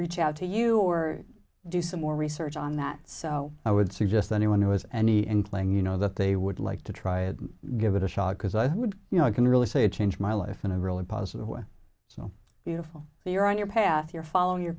reach out to you or do some more research on that so i would suggest anyone who has any in claim you know that they would like to try it give it a shot because i would you know i can really say change my life in a really positive way so beautiful you're on your path you're following your